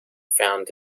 found